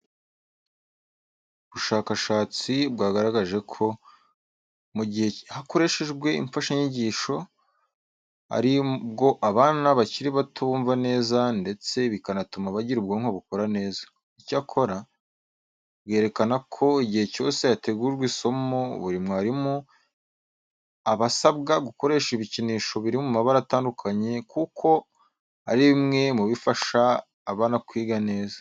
Ubushakashatsi bwagaragaje ko mu gihe hakoreshejwe imfashanyigisho, ari bwo abana bakiri bato bumva neza ndetse bikanatuma bagira ubwonko bukora neza. Icyakora, bwerekana ko igihe cyose hategurwa isomo, buri mwarimu aba asabwa gukoresha ibikinisho biri mu mabara atandukanye kuko ari bimwe mu bifasha abana kwiga neza.